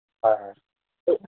হয় হয় কি